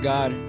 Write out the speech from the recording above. God